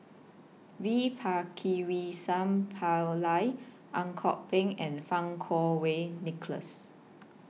V Pakirisamy Pillai Ang Kok Peng and Fang Kuo Wei Nicholas